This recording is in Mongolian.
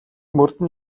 мөрдөн